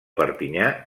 perpinyà